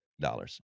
dollars